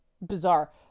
bizarre